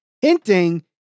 hinting